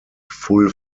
full